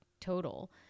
total